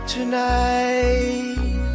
Tonight